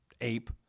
ape